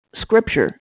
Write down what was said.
scripture